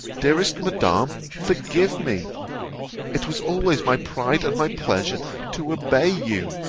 dearest madam, forgive me it was always my pride and my pleasure to obey you.